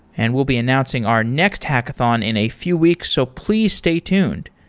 and we'll be announcing our next hackathon in a few weeks. so please stay tuned.